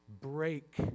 break